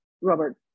Robert